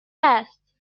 است